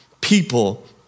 people